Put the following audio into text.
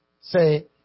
Say